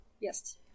yes